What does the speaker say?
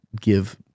give